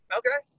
okay